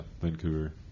Vancouver